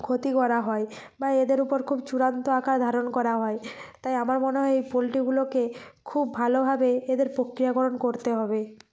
ক্ষতি করা হয় বা এদের উপর খুব চূড়ান্ত আকার ধারণ করা হয় তাই আমার মনে হয় এই পোলট্রিগুলোকে খুব ভালোভাবে এদের প্রক্রিয়াকরণ করতে হবে